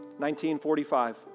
1945